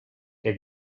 què